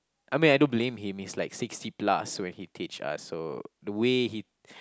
I mean I don't blame him he's like sixty plus when he teach us so the way he